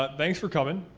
but thanks for coming.